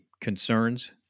concerns